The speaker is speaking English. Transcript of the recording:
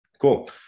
Cool